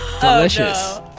Delicious